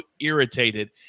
irritated